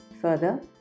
Further